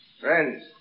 Friends